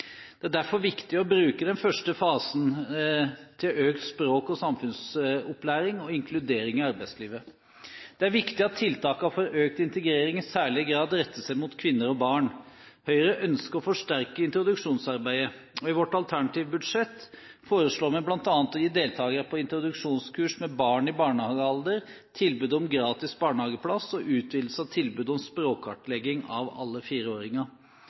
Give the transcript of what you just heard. Det er derfor viktig å bruke den første fasen til økt språk- og samfunnsopplæring og inkludering i arbeidslivet. Det er viktig at tiltakene for økt integrering i særlig grad retter seg mot kvinner og barn. Høyre ønsker å forsterke introduksjonsarbeidet, og i vårt alternative budsjett foreslår vi bl.a. å gi deltakere på introduksjonskurs med barn i barnehagealder tilbud om gratis barnehageplass og utvidelse av tilbudet om språkkartlegging av alle